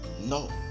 No